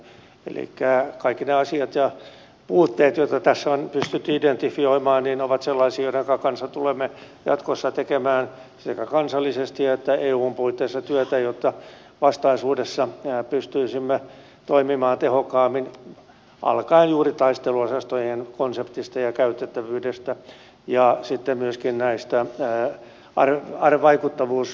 elikkä kaikki ne asiat ja puutteet joita tässä on pystytty identifioimaan ovat sellaisia joidenka kanssa tulemme jatkossa tekemään sekä kansallisesti että eun puitteissa työtä jotta vastaisuudessa pystyisimme toimimaan tehokkaammin alkaen juuri taisteluosastojen konseptista ja käytettävyydestä ja sitten myöskin näistä vaikuttavuusarvioista